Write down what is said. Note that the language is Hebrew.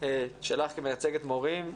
שלך כמייצגת מורים,